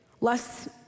less